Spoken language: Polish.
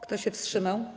Kto się wstrzymał?